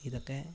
ഇതൊക്കെ